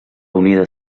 unida